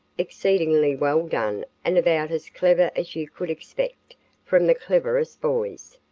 exceedingly well done and about as clever as you could expect from the cleverest boys.